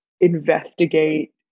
investigate